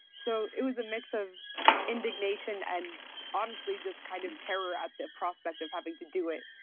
so, it was a mix of indignation and honestly just kind of terror at the prospect of having to do it.